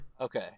Okay